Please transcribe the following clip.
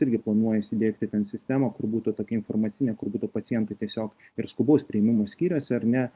irgi planuoja įsidiegti ten sistemą kur būtų tokia informacinė kur būtų pacientai tiesiog ir skubaus priėmimo skyriuose ar ne